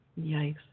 yikes